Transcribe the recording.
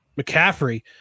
McCaffrey